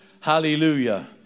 hallelujah